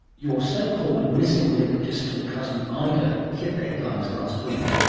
your so-called missing link distant cousin ida hit the headlines last week,